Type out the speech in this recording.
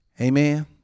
Amen